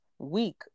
Week